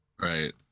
Right